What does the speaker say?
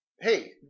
Hey